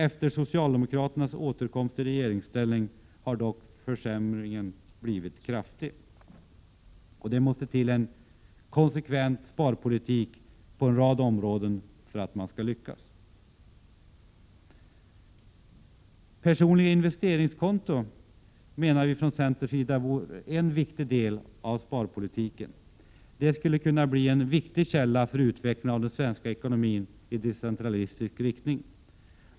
Efter socialdemokraternas återkomst i regeringsställning har det dock blivit en kraftig försämring. Det måste således till en konsekvent sparpolitik på en rad områden. Vi i centern menar att personliga investeringskonton kunde utgöra en viktig del av sparpolitiken. Sådana skulle kunna bli en viktig källa för utvecklingen av den svenska ekonomin i decentralistisk riktning.